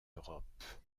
europe